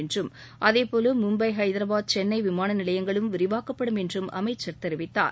என்றும் அதேபோல மும்பை ஹைதராபாத் சென்ளை விமான நிலையங்களும் விரிவாக்கப்படும் என்றும் அமைச்சர் தெரிவித்தார்